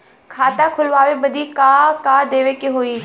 खाता खोलावे बदी का का देवे के होइ?